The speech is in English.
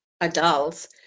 adults